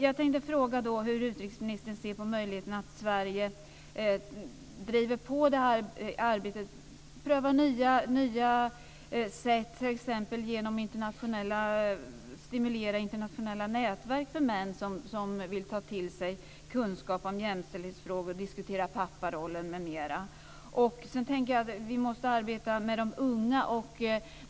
Jag tänkte fråga hur utrikesministern ser på möjligheten att Sverige driver på det här arbetet, prövar nya sätt, t.ex. genom att stimulera internationella nätverk för män som vill ta till sig kunskap om jämställdhetsfrågor, diskutera papparollen m.m. Vi måste också arbeta med de unga.